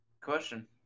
Question